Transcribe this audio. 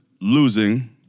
losing